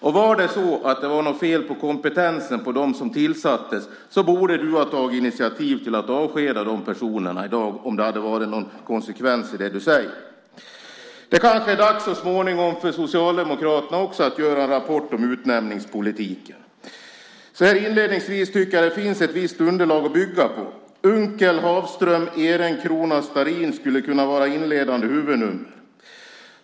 Och om det var något fel på kompetensen på dem som tillsattes borde du ha tagit initiativ till att avskeda dessa personer i dag - om det hade funnits någon konsekvens i det som du säger. Det kanske så småningom är dags för Socialdemokraterna också att göra en rapport om utnämningspolitiken. Så här inledningsvis tycker jag att det finns ett visst underlag att bygga på. Unckel, Hafström, Ehrenkrona och Starrin skulle kunna vara inledande huvudnummer.